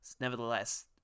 nevertheless